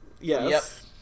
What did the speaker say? Yes